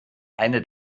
eine